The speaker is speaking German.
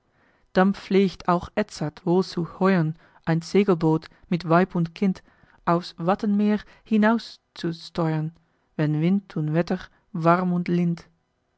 dann pflegt auch edzard wohl zu heuern ein segelboot mit weib und kind aufs wattenmeer hinaus zu steuern wenn wind und wetter warm und lind